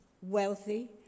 wealthy